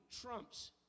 trumps